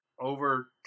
over